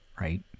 right